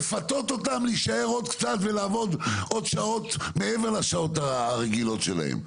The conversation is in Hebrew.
לפתות אותם להישאר עוד קצת ולעבוד עוד שעות מעבר לשעות הרגילות שלהם.